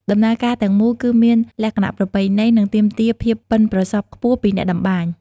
ដំណើរការទាំងមូលគឺមានលក្ខណៈប្រពៃណី និងទាមទារភាពប៉ិនប្រសប់ខ្ពស់ពីអ្នកតម្បាញ។